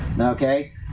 okay